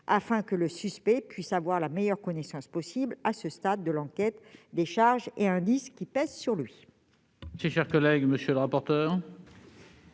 afin que le suspect puisse avoir la meilleure connaissance possible, à ce stade de l'enquête, des charges et indices qui pèsent sur lui.